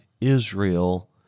Israel